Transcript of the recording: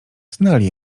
znali